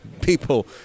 people